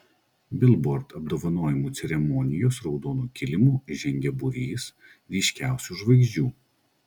bilbord apdovanojimų ceremonijos raudonu kilimu žengė būrys ryškiausių žvaigždžių